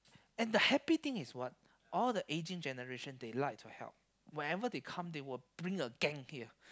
and the happy thing is what all the aging generation they like to help whenever they come they will bring a gang here